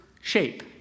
shape